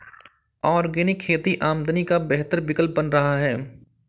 organic खेती आमदनी का बेहतर विकल्प बन रहा है